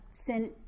sin